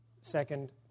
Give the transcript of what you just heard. second